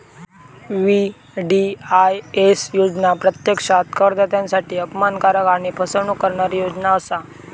VDIS योजना प्रत्यक्षात करदात्यांसाठी अपमानकारक आणि फसवणूक करणारी योजना असा